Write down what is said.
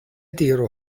diru